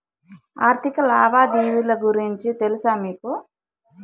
ఆర్థిక లావాదేవీల గురించి తెలుసా మీకు